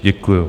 Děkuju.